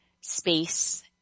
space